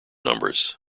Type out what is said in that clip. numbers